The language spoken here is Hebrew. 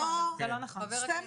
נכון לרגע זה, זה בדרך כלל 48 שעות.